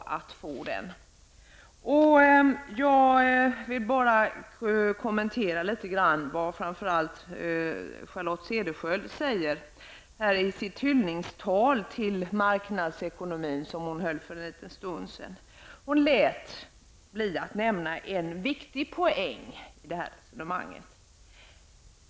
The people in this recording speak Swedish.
Jag vill bara litet grand kommentera vad framför allt Charlotte Cederschiöld sade i det hyllningtal till marknadsekonomin som hon höll för en liten stund sedan. Hon lät bli att nämna en viktig poäng i detta sammanhang.